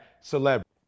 celebrity